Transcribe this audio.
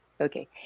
okay